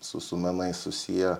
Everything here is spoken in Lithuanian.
su su menais susiję